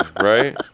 right